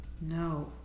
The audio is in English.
No